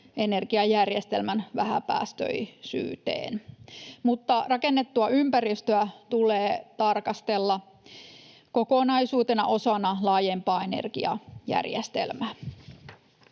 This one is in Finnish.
energiajärjestelmän vähäpäästöisyyteen. Mutta rakennettua ympäristöä tulee tarkastella kokonaisuutena osana laajempaa energiajärjestelmää.